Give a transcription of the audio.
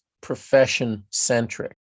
profession-centric